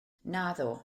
naddo